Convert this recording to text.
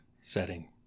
setting